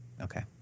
okay